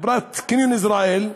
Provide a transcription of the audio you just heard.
חברת "קבוצת עזריאלי",